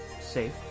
safe